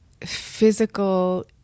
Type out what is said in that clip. physical